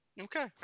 Okay